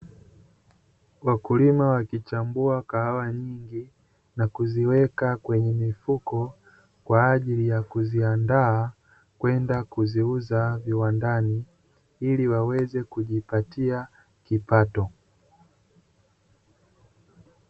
Wakulima wakichambua kahawa nyingi na kuziweka kwenye mifuko, kwa ajili ya kuziandaa kwenda kuziuza viwandani, ili waweze kujipatia kipato.